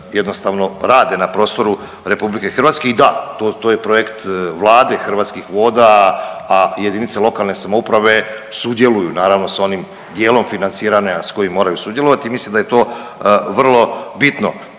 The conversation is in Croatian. jednostavno rade na prostoru RH. I da to je projekt Vlade, Hrvatskih voda, a jedinice lokalne samouprave sudjeluju naravno s onim dijelom financiranja s kojim moraju sudjelovati i mislim da je to vrlo bitno.